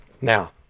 Now